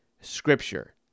scripture